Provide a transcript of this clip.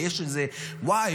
ויש איזה: וואי,